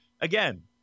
again